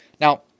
Now